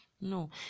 No